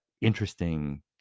interesting